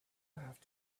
have